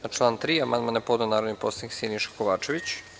Na član 3. amandman je podneo narodni poslanik Siniša Kovačević.